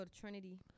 Trinity